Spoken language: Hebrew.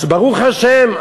אז ברוך השם,